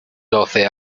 doce